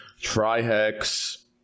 Trihex